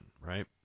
right